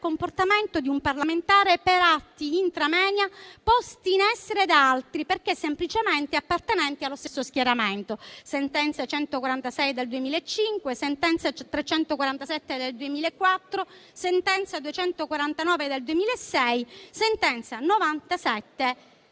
comportamento di un parlamentare per atti *intra moenia* posti in essere da altri, perché semplicemente appartenenti allo stesso schieramento (sentenze n. 146 del 2005, n. 347 del 2004, n. 249 del 2006 e n. 97 del